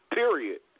period